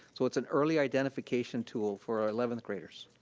so it's an early identification tool for our eleventh graders.